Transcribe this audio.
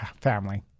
family